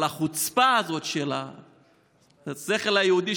אבל החוצפה הזאת של השכל היהודי,